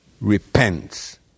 repents